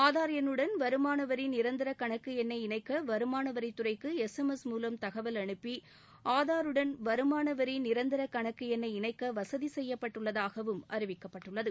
ஆதார் என்னுடன் வருமானவரி நிரந்தர கணக்கு எண்ணை இணைக்க வருமானவரித்துறைக்கு எஸ் எம் எஸ் மூலம் தகவல் அனுப்பி ஆதாருடன் வருமானவரி நிரந்தர கணக்கு எண்ணை இணைக்க வசதி செய்யப்பட்டுள்ளதாகவும் அறிவிக்கப்பட்டுள்ளது